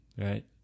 right